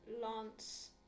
lance